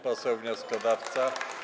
Poseł wnioskodawca.